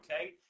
okay